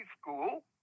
school